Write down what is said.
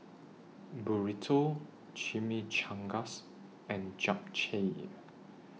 Burrito Chimichangas and Japchae